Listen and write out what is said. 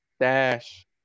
Dash